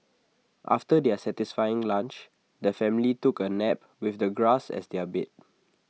after their satisfying lunch the family took A nap with the grass as their bed